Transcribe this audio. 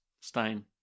stain